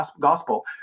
gospel